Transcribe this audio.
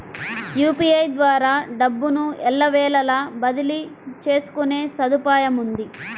UPI ద్వారా డబ్బును ఎల్లవేళలా బదిలీ చేసుకునే సదుపాయముంది